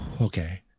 Okay